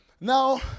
Now